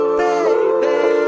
baby